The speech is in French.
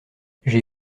j’ai